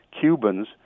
Cubans